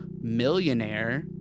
millionaire